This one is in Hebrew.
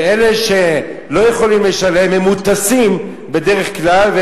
ואלה שלא יכולים לשלם מוטסים בדרך כלל,